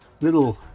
little